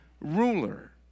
ruler